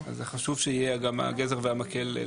אז זה חשוב שיהיה גם הגזר והמקל.